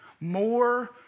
More